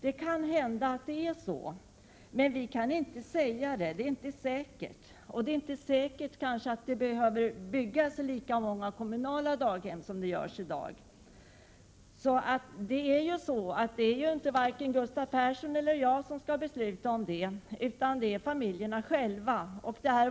Det kan hända att så är förhållandet, men vi kan inte säga att det är så. Det är inte säkert. Det är inte heller säkert att det behöver byggas lika många kommunala daghem som i dag. Det är ju inte vare sig Gustav Persson eller jag som skall besluta om detta, utan familjerna själva.